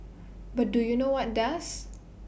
but do you know what does